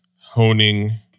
honing